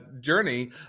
journey